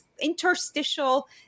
interstitial